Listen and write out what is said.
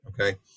okay